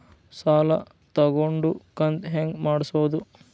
ಸಾಲ ತಗೊಂಡು ಕಂತ ಹೆಂಗ್ ಮಾಡ್ಸೋದು?